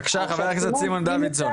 בבקשה חבר הכנסת סימון דוידסון.